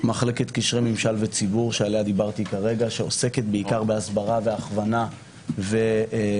מחלקת קשרי ממשל וציבור שעוסקת בעיקר בהסברה והכוונה והתייחסות